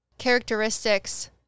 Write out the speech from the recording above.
characteristics